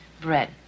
bread